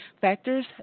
Factors